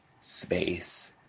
space